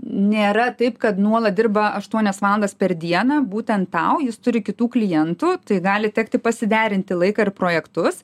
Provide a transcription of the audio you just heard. nėra taip kad nuolat dirba aštuonias valandas per dieną būtent tau jis turi kitų klientų tai gali tekti pasiderinti laiką ir projektus